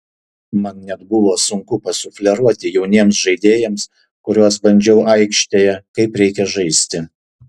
man net buvo sunku pasufleruoti jauniems žaidėjams kuriuos bandžiau aikštėje kaip reikia žaisti